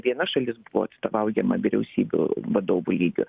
viena šalis buvo atstovaujama vyriausybių vadovų lygiu